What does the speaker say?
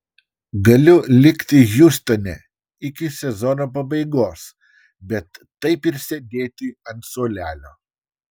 galiu likti hjustone iki sezono pabaigos bet taip ir sėdėti ant suolelio